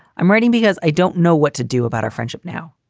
i'm writing because i don't know what to do about our friendship now.